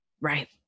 Right